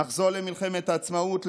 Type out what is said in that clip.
נחזור למלחמת העצמאות,